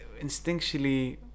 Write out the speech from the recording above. instinctually